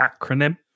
acronym